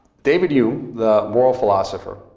david hume, the moral philosopher,